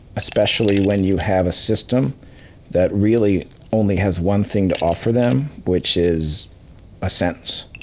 especially when you have a system that really only has one thing to offer them, which is a sentence,